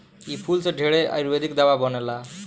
इ फूल से ढेरे आयुर्वेदिक दावा बनेला